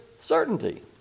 certainty